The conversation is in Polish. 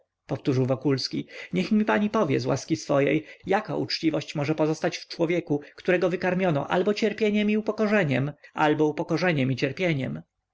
powtórzył wokulski niech mi pani z łaski swojej powie jaka uczciwość może pozostać w człowieku którego wykarmiono albo cierpieniem i upokorzeniem albo upokorzeniem i cierpieniem